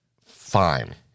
fine